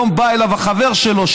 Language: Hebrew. היום בא אליו החבר שלו,